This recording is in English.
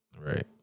right